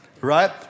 right